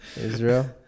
Israel